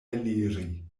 eliri